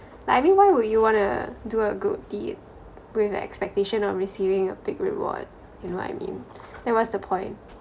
like I mean why would you wanna do a good deed with expectation of receiving a big reward you know what I mean then what's the point